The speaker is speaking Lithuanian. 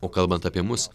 o kalbant apie mus